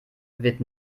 wird